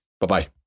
Bye-bye